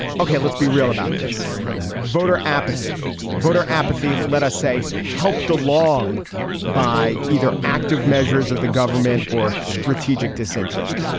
okay. let's be real about this voter apathy voter apathy. let us say helped along by either active measures of the government or strategic disinterest.